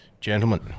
Gentlemen